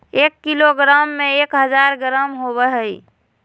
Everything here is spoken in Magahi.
एक किलोग्राम में एक हजार ग्राम होबो हइ